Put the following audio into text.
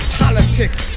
politics